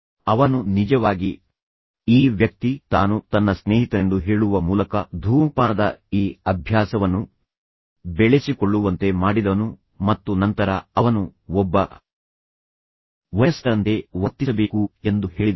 ಅವನು ನಿಜವಾಗಿ ಈ ವ್ಯಕ್ತಿ ತಾನು ತನ್ನ ಸ್ನೇಹಿತನೆಂದು ಹೇಳುವ ಮೂಲಕ ಧೂಮಪಾನದ ಈ ಅಭ್ಯಾಸವನ್ನು ಬೆಳೆಸಿಕೊಳ್ಳುವಂತೆ ಮಾಡಿದವನು ಮತ್ತು ನಂತರ ಅವನು ಒಬ್ಬ ಮನುಷ್ಯನಾಗಿರಬೇಕು ಮತ್ತು ಅವನು ವಯಸ್ಕರಂತೆ ವರ್ತಿಸಬೇಕು ಎಂದು ಹೇಳಿದವನು